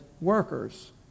workers